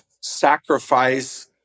sacrifice